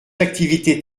activités